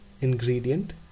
ingredient